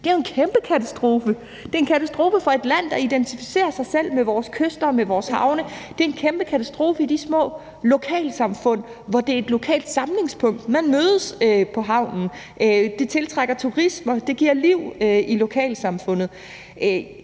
Det er jo en kæmpe katastrofe. Det er en katastrofe for et land, der identificerer sig selv med vores kyster og vores havne. Det er en kæmpe katastrofe i de små lokalsamfund, hvor det er et lokalt samlingspunkt. Man mødes på havnen. Det tiltrækker turisme. Det giver liv i lokalsamfundet.